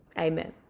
amen